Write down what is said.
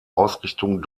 ausrichtung